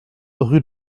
rue